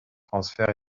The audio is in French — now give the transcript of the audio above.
transfert